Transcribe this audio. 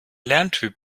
lerntyp